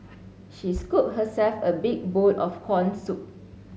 she scooped herself a big bowl of corn soup